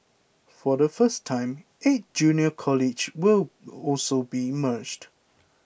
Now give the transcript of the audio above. for the first time eight junior colleges will also be merged